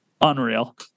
unreal